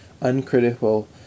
uncritical